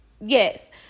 Yes